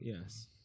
Yes